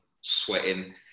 sweating